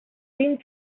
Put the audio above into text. seemed